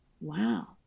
Wow